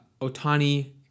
Otani